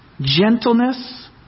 gentleness